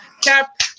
cap